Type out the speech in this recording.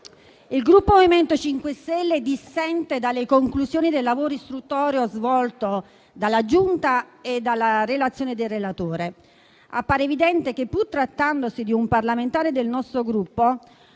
il Gruppo MoVimento 5 Stelle dissente dalle conclusioni del lavoro istruttorio svolto dalla Giunta e dalla relazione del relatore. Appare evidente che, pur trattandosi di un parlamentare del nostro Gruppo,